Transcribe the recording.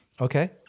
okay